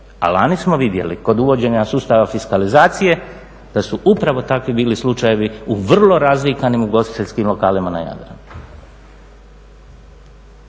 A lani smo vidjeli kod uvođenja sustava fiskalizacije da su upravo takvi bili slučajevi u vrlo razvikanim ugostiteljskim lokalima na Jadranu.